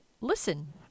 listen